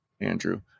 Andrew